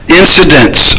incidents